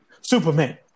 Superman